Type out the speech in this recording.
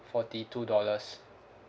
forty two dollars